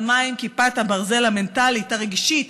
אבל מה עם כיפת הברזל המנטלית, הרגשית?